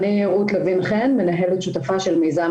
אני רות לוין חן מנהלת שותפה של מיזם